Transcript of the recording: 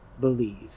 believe